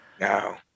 No